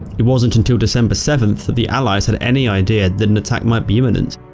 it wasn't until december seventh that the allies had any idea that an attack might be imminent,